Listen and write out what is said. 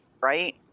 right